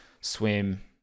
swim